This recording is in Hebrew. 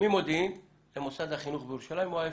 ממודיעין למוסד החינוך בירושלים או ההיפך.